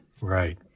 Right